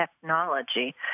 technology